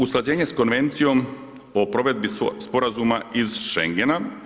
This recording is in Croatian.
Usklađenje sa Konvencijom o provedbi sporazuma iz Schengena.